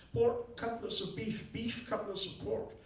pork cutlets of beef, beef cutlets of pork,